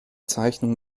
zeichnung